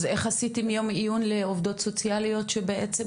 אז איך אתם עשיתם יום עיון לעובדות הסוציאליות כשבעצם,